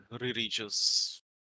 religious